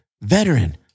veteran